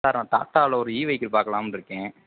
sir நான் டாடாவில் ஒரு இ வெஹிக்கிள் பார்க்கலாம்னு இருக்கேன்